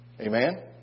Amen